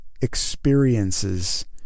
experiences